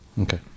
okay